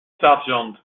sargent